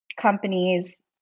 companies